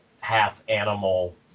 half-animal